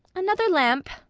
another lamp,